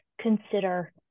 consider